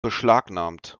beschlagnahmt